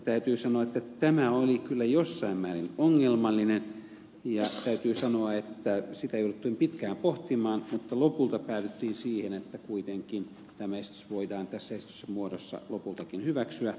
täytyy sanoa että tämä oli kyllä jossain määrin ongelmallinen ja täytyy sanoa että sitä jouduttiin pitkään pohtimaan mutta lopulta päädyttiin siihen että kuitenkin tämä esitys voidaan tässä esitetyssä muodossa lopultakin hyväksyä